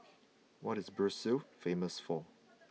what is Brussels famous for